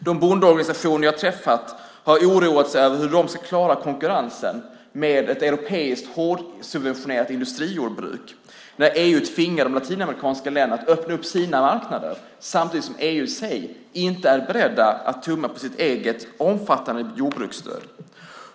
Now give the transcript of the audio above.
De bondeorganisationer jag har träffat har oroat sig över hur de ska klara konkurrensen med ett europeiskt hårdsubventionerat industrijordbruk när EU tvingar de latinamerikanska länderna att öppna sina marknader samtidigt som EU inte är berett att tumma på sitt eget omfattande jordbruksstöd.